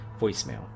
voicemail